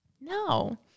no